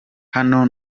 hano